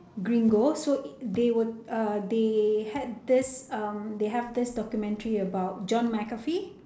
gringo so they were uh they had this um they have this documentary about john McAfee